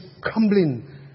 crumbling